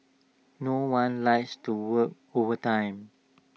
no one likes to work overtime